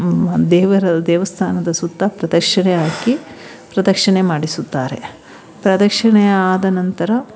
ದೇವರ ದೇವಸ್ಥಾನದ ಸುತ್ತ ಪ್ರದಕ್ಷಿಣೆ ಹಾಕಿ ಪ್ರದಕ್ಷಿಣೆ ಮಾಡಿಸುತ್ತಾರೆ ಪ್ರದಕ್ಷಿಣೆ ಆದ ನಂತರ